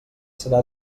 serà